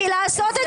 מי בעד?